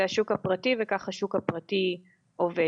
זה השוק הפרטי וכך השוק הפרטי עובד.